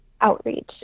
outreach